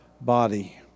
body